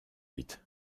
huit